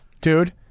Dude